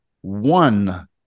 one